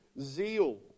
zeal